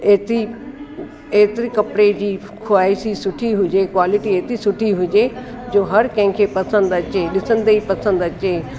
एतिरी एतिरी कपिड़े जी ख़्वाहिशी सुठी हुजे क़्वालिटी सुठी हुजे जो हर कंहिंखे पसंदि अचे ॾिसंदे ई पसंदि अचे